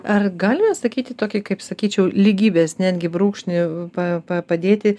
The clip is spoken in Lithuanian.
ar galime sakyti tokį kaip sakyčiau lygybės netgi brūkšnį pa pa padėti